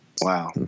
Wow